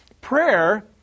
prayer